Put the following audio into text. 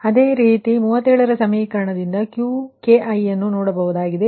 ಈಗ ಅದೇ ರೀತಿ 37 ರ ಸಮೀಕರಣದಿಂದ Qki ಅನ್ನು ನೋಡಬಹುದಾಗಿದೆ